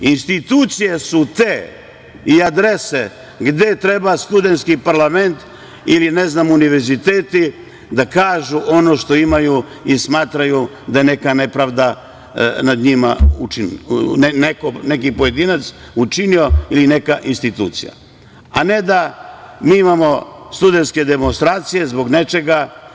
Institucije su te i adrese gde treba studentski parlament ili univerziteti da kažu ono što imaju i smatraju da je neka nepravda nad njima učinjena, neki pojedinac učinio ili neka institucija, a ne da mi imamo studentske demonstracije zbog nečega.